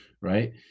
right